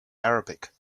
arabic